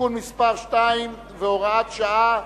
(תיקון מס' 2 והוראת שעה),